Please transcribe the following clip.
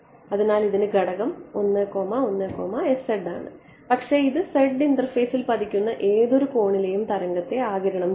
അതിനാൽ ഇതിന് ഘടകം ആണ് പക്ഷേ ഇത് z ഇന്റർഫേസിൽ പതിക്കുന്ന ഏതൊരു കോണിലേയും തരംഗത്തെ ആഗിരണം ചെയ്തു